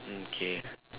mm okay